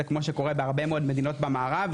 כמו שקורה בהרבה מאוד מדינות במערב,